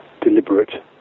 deliberate